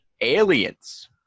aliens